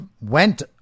went